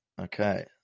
Okay